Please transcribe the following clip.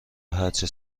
هرچه